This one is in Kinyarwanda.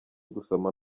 gusoma